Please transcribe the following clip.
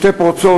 שתי פרצות,